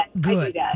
good